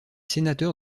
sénateur